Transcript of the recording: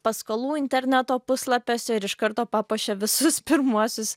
paskalų interneto puslapiuose ir iš karto papuošė visus pirmuosius